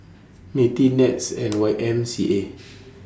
Mti Nets and Y M C A